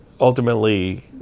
Ultimately